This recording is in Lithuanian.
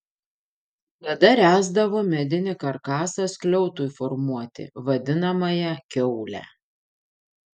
tada ręsdavo medinį karkasą skliautui formuoti vadinamąją kiaulę